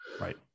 right